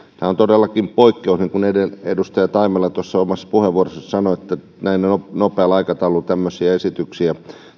on todellakin poikkeus niin kuin edustaja taimela tuossa omassa puheenvuorossaan sanoi että näin nopealla aikataululla tämmöisiä esityksiä